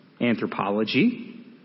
anthropology